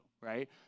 right